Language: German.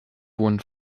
wurde